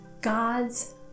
God's